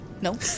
No